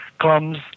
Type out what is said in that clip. comes